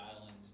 Island